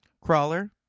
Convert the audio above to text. crawler